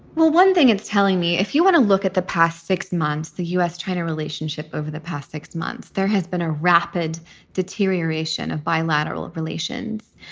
well, one thing it's telling me, if you want to look at the past six months, the u s. china relationship, over the past six months, there has been a rapid deterioration of bilateral relations.